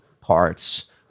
parts